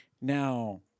Now